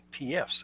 PFs